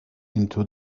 into